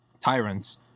tyrants